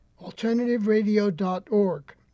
alternativeradio.org